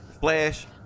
Flash